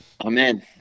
Amen